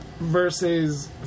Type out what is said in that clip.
versus